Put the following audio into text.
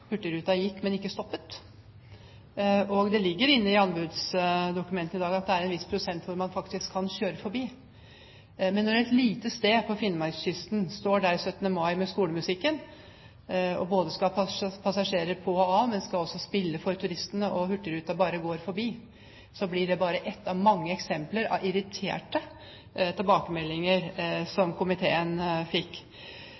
gikk, men ikke stoppet. Det ligger inne i anbudsdokumentene i dag at det er en viss prosent hvor man faktisk kan kjøre forbi. Men når man på et lite sted på Finnmarkskysten står der 17. mai med skolemusikken, skal ha passasjerer både på og av, og man skal også spille for turistene, og hurtigruta bare går forbi – da blir det bare ett av mange eksempler på irriterte tilbakemeldinger